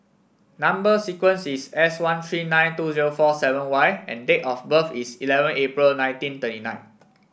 number sequence is S one three nine two zero four seven Y and date of birth is eleven April nineteen thirty nine